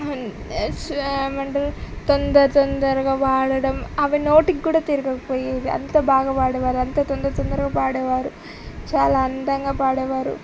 ఏమంటారు తొందర తొందరగా పాడడం అవి నోటికి కూడా తిరగకపోయేవి అంత బాగా పాడేవారు అంత తొందర తొందరగా పాడేవారు చాలా అందంగా పాడేవారు